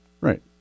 Right